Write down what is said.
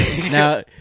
Now